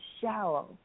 shallow